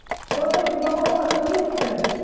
does it develop an addiction?